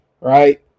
right